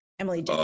emily